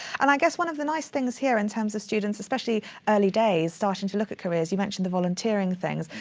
and i guess one of the nice things here in terms of students, especially early days starting to look at careers, you mentioned the volunteering things.